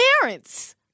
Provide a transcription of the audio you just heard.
parents